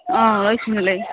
ꯑꯥꯎ ꯂꯣꯏ ꯁꯨꯅ ꯂꯩ